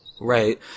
Right